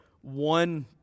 one